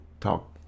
talk